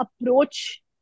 approach